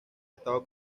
estado